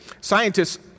scientists